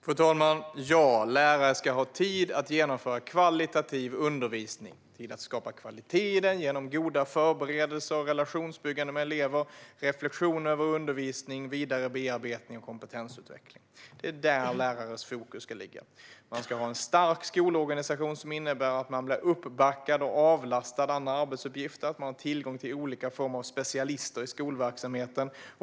Fru talman! Ja, lärare ska ha tid att genomföra högkvalitativ undervisning och att skapa kvalitet i den genom goda förberedelser och relationsbyggande med elever, reflektion över undervisning, vidare bearbetning och kompetensutveckling. Det är här lärares fokus ska ligga. Vi ska ha en stark skolorganisation som innebär att man blir uppbackad och avlastad andra arbetsuppgifter och att man har tillgång till olika former av specialister i skolverksamheten.